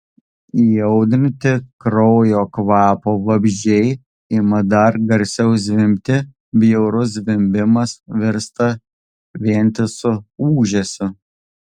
įaudrinti kraujo kvapo vabzdžiai ima dar garsiau zvimbti bjaurus zvimbimas virsta vientisu ūžesiu